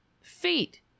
feet